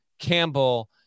Campbell